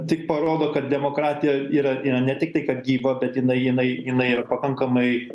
tik parodo kad demokratija yra ne tiktai kad gyva bet jinai jinai jinai ir pakankamai